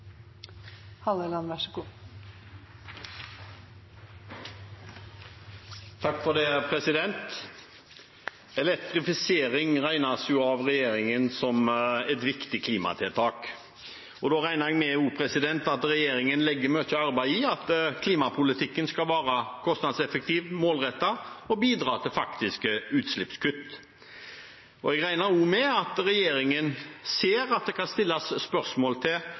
Elektrifisering regnes jo av regjeringen som et viktig klimatiltak, og da regner jeg med at regjeringen legger mye arbeid i at klimapolitikken skal være kostnadseffektiv, målrettet og bidra til faktiske utslippskutt. Jeg regner også med at regjeringen ser at det kan stilles spørsmål